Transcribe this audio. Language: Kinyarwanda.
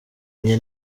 enye